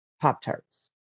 Pop-Tarts